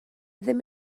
ddim